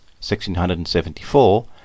1674